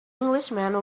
englishman